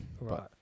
Right